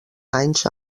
anys